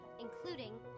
including